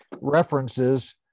references